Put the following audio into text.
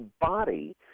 body